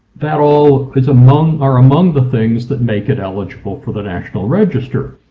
that all. is among our among the things that make it eligible for the national register.